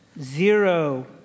Zero